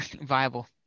Viable